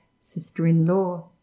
sister-in-law